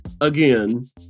again